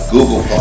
Google